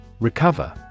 Recover